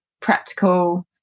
practical